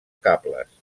cables